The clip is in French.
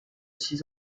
six